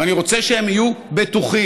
ואני רוצה שהם יהיו בטוחים,